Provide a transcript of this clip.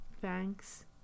thanks